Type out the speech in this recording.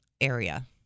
area